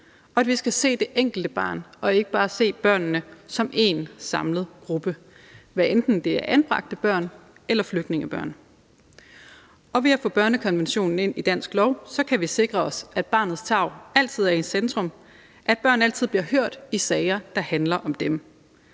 og at vi skal se det enkelte barn og ikke bare se børnene som én samlet gruppe, hvad enten det er anbragte børn eller flygtningebørn. Og ved at få skrevet børnekonventionen ind i dansk lov kan vi sikre os, at barnets tarv altid er i centrum, at børn altid bliver hørt i sager, der handler om dem.